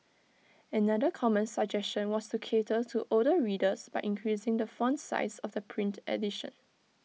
another common suggestion was to cater to older readers by increasing the font size of the print edition